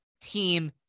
team